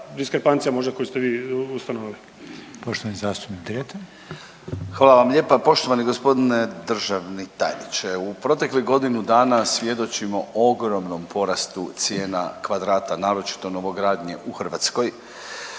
diskrepancija možda koju ste vi ustanovili. **Reiner, Željko (HDZ)** Poštovani zastupnik Dretar. **Dretar, Davor (DP)** Hvala vam lijepa. Poštovani g. državni tajniče, u proteklih godinu dana svjedočimo ogromnom porastu cijena kvadrata, naročito novogradnje u Hrvatskoj.